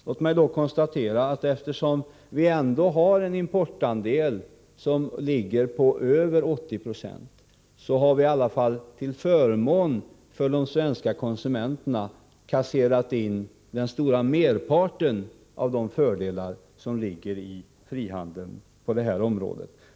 Låt mig då konstatera att eftersom vi ändå har en importandel på mer än 80 Ze, har vi i alla fall till förmån för de svenska konsumenterna kasserat in den stora merparten av de fördelar som ligger i frihandeln på det här området.